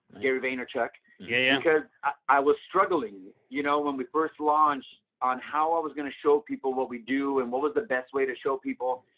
gary vaynerchuk, yeah because i was struggling you know, when we first launched on how i was going to show people what we do and what was the best way to show people.